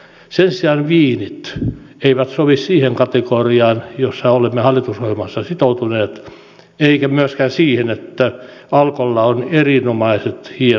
sen sijaan viinit eivät sovi siihen kategoriaan johon olemme hallitusohjelmassa sitoutuneet eivätkä myöskään siihen että alkolla on erinomaiset hienot viinivalikoimat